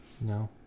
No